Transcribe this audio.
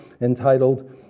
entitled